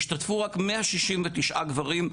השתתפו רק ב-169 גברים,